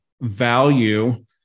value